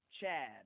Chad